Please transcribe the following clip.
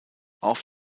auf